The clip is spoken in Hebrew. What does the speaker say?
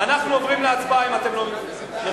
אנחנו עוברים להצבעה אם אתם לא יושבים.